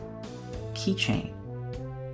keychain